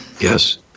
Yes